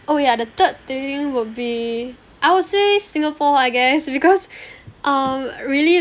oh yeah the third thing would be I would say singapore I guess because um really